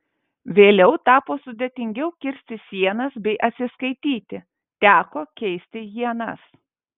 vėliau tapo sudėtingiau kirsti sienas bei atsiskaityti teko keisti ienas